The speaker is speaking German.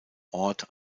ort